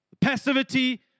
Passivity